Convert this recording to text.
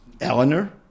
Eleanor